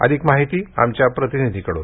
अधिक माहिती आमच्या प्रतिनिधीकडून